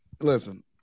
listen